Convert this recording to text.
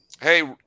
Hey